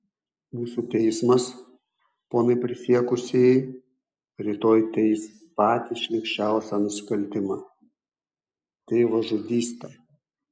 mūsų teismas ponai prisiekusieji rytoj teis patį šlykščiausią nusikaltimą tėvažudystę